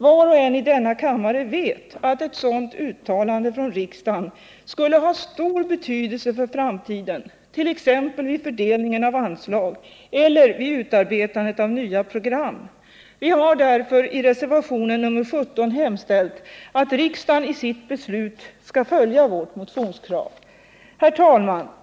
Var och och en i denna kammare vet att ett sådant uttalande av riksdagen skulle ha stor betydelse i framtiden, t.ex. vid fördelningen av anslag eller vid utarbetandet av nya program. Vi har därför i reservationen 17 hemställt att riksdagen i sitt beslut skall följa vårt motionskrav. Herr talman!